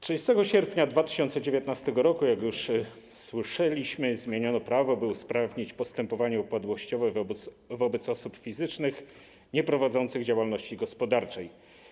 30 sierpnia 2019 r., jak już słyszeliśmy, zmieniono prawo, by usprawnić postępowanie upadłościowe wobec osób fizycznych nieprowadzących działalności gospodarczej.